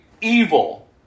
evil